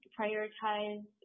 prioritize